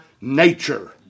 nature